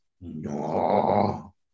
no